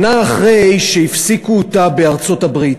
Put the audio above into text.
שנה אחרי שהפסיקו אותה בארצות-הברית,